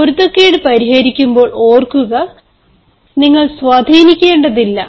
പൊരുത്തക്കേട് പരിഹരിക്കുമ്പോൾ ഓർക്കുക നിങ്ങൾ സ്വാധീനിക്കേണ്ടതില്ല